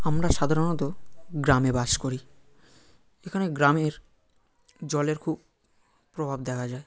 আমরা সাধারণত গ্রামে বাস করি এখানে গ্রামের জলের খুব প্রভাব দেখা যায়